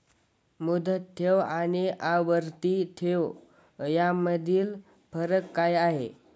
मुदत ठेव आणि आवर्ती ठेव यामधील फरक काय आहे?